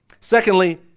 Secondly